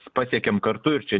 pasiekėm kartu ir čia